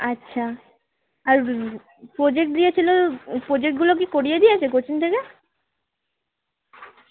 আচ্ছা আর প্রোজেক্ট দিয়েছিলো প্রোজেক্টগুলো কি করিয়ে দিয়েছে কোচিং থেকে